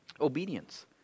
Obedience